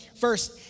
first